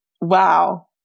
Wow